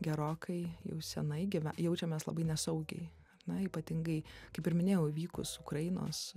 gerokai jau senai gyve jaučiamės labai nesaugiai na ypatingai kaip ir minėjau įvykus ukrainos